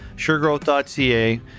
SureGrowth.ca